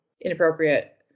inappropriate